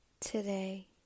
Today